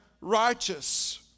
righteous